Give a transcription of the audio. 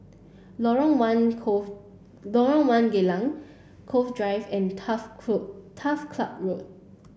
Lorong one Lorong one Geylang Cove Drive and Turf Turf Club Road